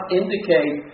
indicate